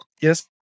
yes